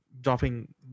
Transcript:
dropping